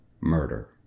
murder